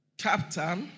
chapter